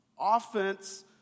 Offense